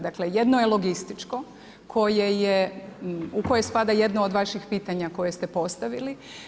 Dakle, jedno je logističko koje je, u koje spada jedno od vaših pitanja koje ste postavili.